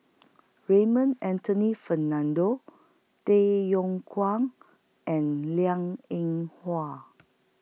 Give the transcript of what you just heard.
Raymond Anthony Fernando Tay Yong Kwang and Liang Eng Hwa